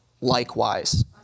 likewise